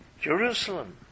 Jerusalem